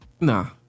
Nah